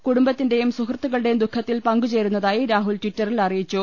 കുടുംബത്തിന്റെയും സുഹൃത്തുക്കളുടെയും ദുഖത്തിൽ പങ്കുചേരുന്നതായി രാഹുൽ ട്വിറ്ററിൽ അറിയിച്ചു